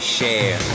share